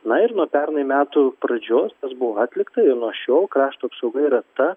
na ir nuo pernai metų pradžios tas buvo atlikta ir nuo šiol krašto apsauga yra ta